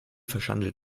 verschandelt